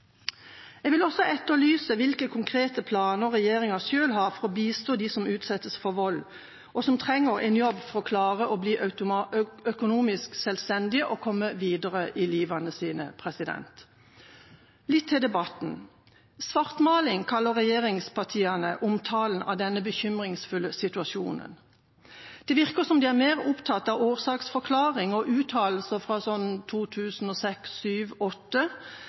Jeg vil også etterlyse hvilke konkrete planer regjeringa selv har for å bistå de som utsettes for vold og som trenger en jobb for å klare å bli økonomisk selvstendig og komme seg videre i livet sitt. Litt til debatten: «Svartmaling» kaller regjeringspartiene omtalen av denne bekymringsfulle situasjonen. Det virker som om de er mer opptatt av årsaksforklaring og uttalelser fra